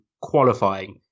qualifying